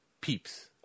Peeps